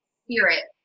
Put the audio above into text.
spirit